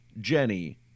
Jenny